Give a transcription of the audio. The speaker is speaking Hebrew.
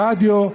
רדיו,